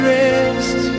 rest